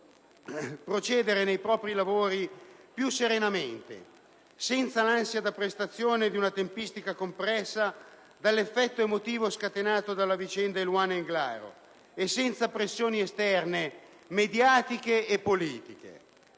procedere nei propri lavori più serenamente, senza l'ansia da prestazione di una tempistica compressa dall'effetto emotivo scatenato dalla vicenda di Eluana Englaro e senza pressioni esterne, mediatiche e politiche.